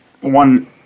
one